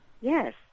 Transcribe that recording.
Yes